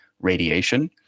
radiation